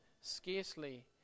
scarcely